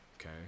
okay